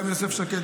גם יוסף שקד,